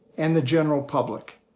and the general public.